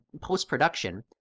post-production